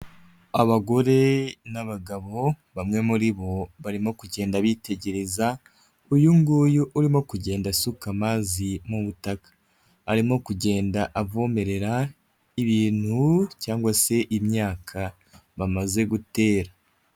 Abagore n'abagabo, bamwe muri bo barimo kugenda bitegereza, uyu nguyu urimo kugenda asuka amazi mu butaka, arimo kugenda avomerera ibintu cyangwa se imyaka, bamaze gutera.